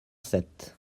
sept